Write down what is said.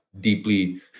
deeply